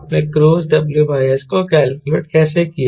आपने cruise WS को calculate कैसे किया